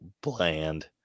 bland